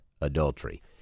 adultery